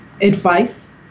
advice